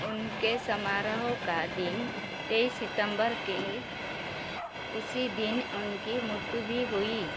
उनके समारोह का दिन तेईस सितंबर के है उसी दिन उनकी मृत्यु भी हुई